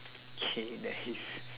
!chey! the haze